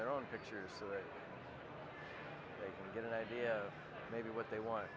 their own pictures get an idea maybe what they want